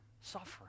suffering